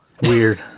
Weird